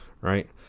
right